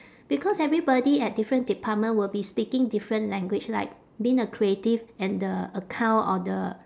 because everybody at different department will be speaking different language like being a creative and the account or the